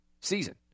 season